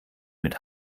mit